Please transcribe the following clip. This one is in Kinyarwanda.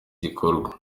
gikorwa